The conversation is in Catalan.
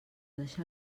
deixar